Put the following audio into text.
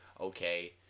okay